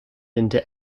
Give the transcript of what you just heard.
into